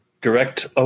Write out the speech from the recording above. Direct